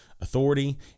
authority